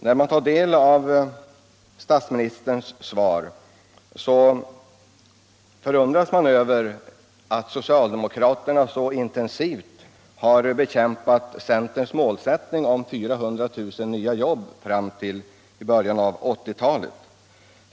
När man tar del av statsministerns svar förundras man dock över att socialdemokraterna så intensivt har bekämpat centerns målsättning om 400 000 nya jobb fram till början av 1980-talet.